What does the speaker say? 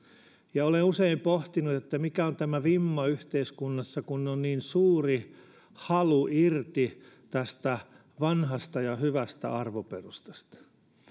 olen usein pohtinut että mikä on tämä vimma yhteiskunnassa kun on niin suuri halu päästä irti tästä vanhasta ja hyvästä arvoperustasta